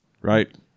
Right